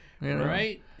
Right